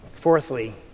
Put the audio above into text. Fourthly